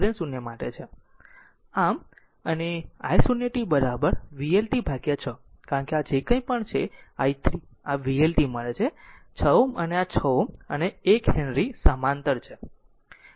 આમ અને ix t vLt6 કારણ કે આ જે કંઈ પણ i 3 આ vLt મળે છે 6 Ω અને આ 6 Ω અને 1 હેનરી સમાંતર છે